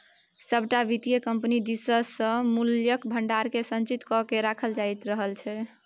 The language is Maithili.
सभटा वित्तीय कम्पनी दिससँ मूल्यक भंडारकेँ संचित क कए राखल जाइत रहल छै